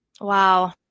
Wow